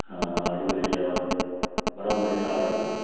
हां आडू लेई जाओ बड़ा मिट्ठा आडू ऐ